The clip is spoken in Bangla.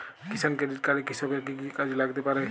কিষান ক্রেডিট কার্ড কৃষকের কি কি কাজে লাগতে পারে?